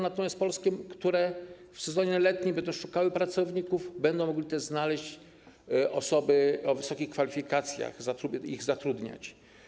Natomiast polskie firmy, które w sezonie letnim będą szukały pracowników, będą mogły też znaleźć osoby o wysokich kwalifikacjach i je zatrudniać.